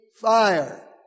Fire